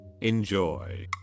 enjoy